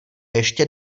ještě